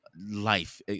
life